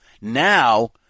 Now